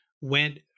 went